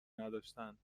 نداشتند